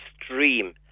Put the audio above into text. extreme